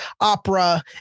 opera